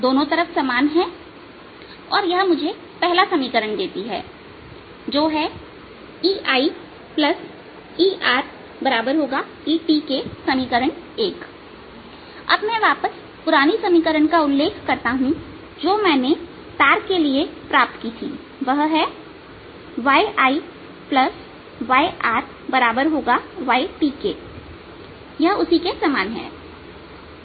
दोनों तरफ समान है और यह मुझे पहला समीकरण देती है जो है EI ERET समीकरण अब मैं वापस पुरानी समीकरण का उल्लेख करता हूं जो मैंने तार के लिए प्राप्त की थी वह है YI YRYT यह उसी के समान है